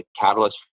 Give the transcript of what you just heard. catalyst